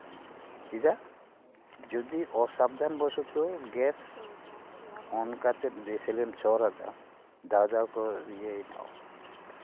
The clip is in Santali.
ᱪᱮᱫᱟᱜ ᱡᱩᱫᱤ ᱚ ᱥᱟᱵᱫᱷᱟᱱ ᱵᱚᱥᱚᱛᱚ ᱜᱮᱥ ᱚᱱᱠᱟᱛᱮ ᱫᱤᱭᱟᱹᱥᱮᱞᱟᱭᱮᱢ ᱪᱷᱚᱨ ᱟᱫᱟ ᱫᱟᱣ ᱫᱟᱣ ᱠᱚᱨᱮ ᱤᱭᱟᱹᱭ ᱮᱱᱟ